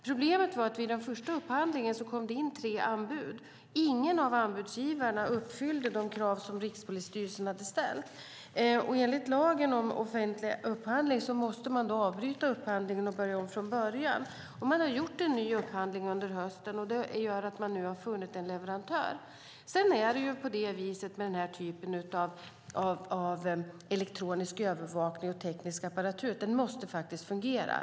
Problemet är att det vid den första upphandlingen kom in tre anbud, och ingen av anbudsgivarna uppfyllde de krav som Rikspolisstyrelsen hade ställt. Enligt lagen om offentlig upphandling måste man då avbryta upphandlingen och börja om från början. Man har gjort en ny upphandling under hösten, och det har gjort att man har funnit en leverantör. Sedan är det på det viset med denna typ av elektronisk övervakning och teknisk apparatur att den faktiskt måste fungera.